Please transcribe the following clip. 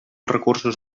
recursos